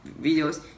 videos